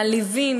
מעליבים,